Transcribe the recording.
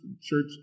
church